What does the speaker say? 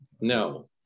No